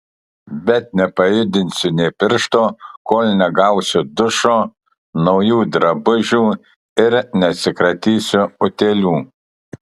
bet nepajudinsiu nė piršto kol negausiu dušo naujų drabužių ir neatsikratysiu utėlių